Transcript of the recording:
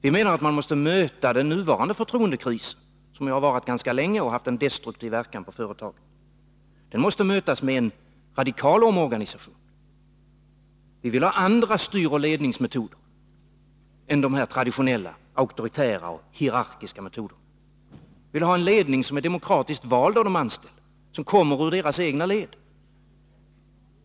Vi menar att man måste möta den nuvarande förtroendekrisen, som ju har varat ganska länge och haft en destruktiv verkan på företaget, med en radikal omorganisation. Vi vill ha andra styroch ledningsmetoder än de traditionella, auktoritära och hierarkiska metoderna. Vi vill ha en ledning som är demokratiskt vald av de anställda och som kommer ur deras egna led.